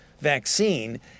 vaccine